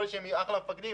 יכול להיות שהם אחלה מפקדים,